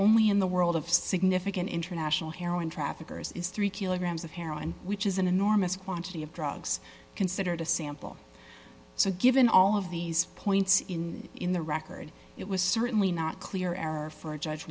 only in the world of significant international heroin traffickers is three kilograms of heroin which is an enormous quantity of drugs considered a sample so given all of these points in in the record it was certainly not clear error for a judge